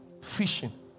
Fishing